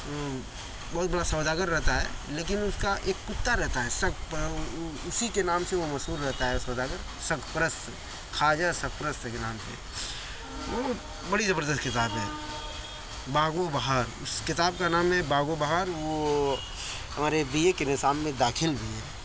بہت بڑا سوداگر رہتا ہے لیکن اس کا ایک کتا رہتا ہے سگ پر اسی کے نام سے وہ مشہور رہتا ہے سوداگر سگ پرست خواجہ سگ پرست کے نام سے وہ بڑی زبردست کتاب ہے باغ و بہار اس کتاب کا نام ہے باغ و بہار وہ ہمارے بی اے کے نصاب میں داخل بھی ہے